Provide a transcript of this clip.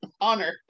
Honor